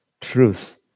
truth